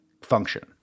function